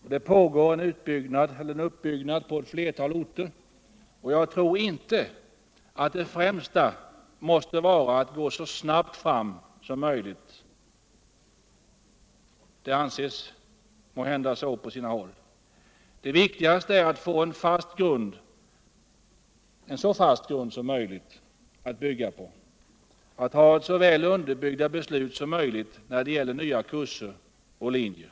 På flera orter pågår det en utbyggnad, och jag tror inte att det viktigaste är att det går så snabbt som möjligt. Det anses måhända så på sina håll. men det viktigaste är att få en så fast grund som möjligt att bygga på, alt ha så väl underbyggda beslut som möjligt när det gäller nya kurser och linjer.